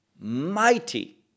mighty